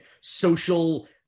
social